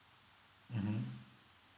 mmhmm